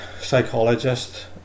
psychologist